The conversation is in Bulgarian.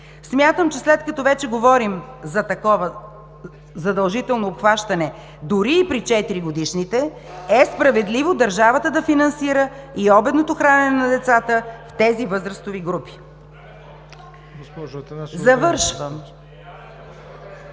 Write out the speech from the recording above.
Смятам, че след като вече говорим за такова задължително обхващане, дори и при 4-годишните, е справедливо държавата да финансира и обедното хранене на децата в тези възрастови групи. (Реплики